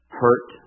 hurt